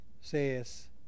says